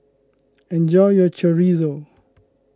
enjoy your Chorizo